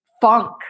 Funk